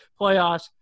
playoffs